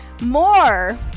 more